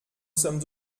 sommes